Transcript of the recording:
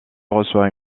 reçoit